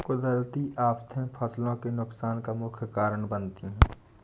कुदरती आफतें फसलों के नुकसान का मुख्य कारण बनती है